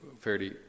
fairly